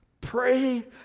Pray